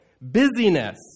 Busyness